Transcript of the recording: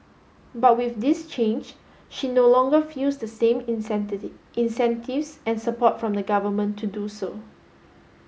but with this change she no longer feels the same incentives and support from the government to do so